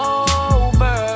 over